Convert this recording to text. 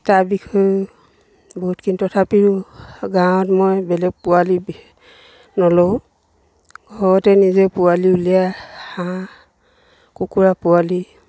তাৰ বিষয়েও বহুতখিনি তথাপিও গাঁৱত মই বেলেগ পোৱালি নলওঁ ঘৰতে নিজে পোৱালি উলিয়াই হাঁহ কুকুৰা পোৱালি